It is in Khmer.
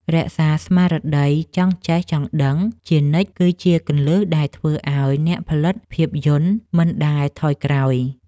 រក្សាស្មារតីចង់ចេះចង់ដឹងជានិច្ចគឺជាគន្លឹះដែលធ្វើឱ្យអ្នកផលិតភាពយន្តមិនដែលថយក្រោយ។